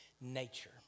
nature